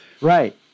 right